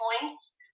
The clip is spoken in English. points